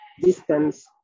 distance